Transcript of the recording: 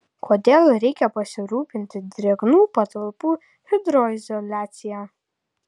kodėl reikia pasirūpinti drėgnų patalpų hidroizoliacija